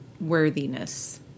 worthiness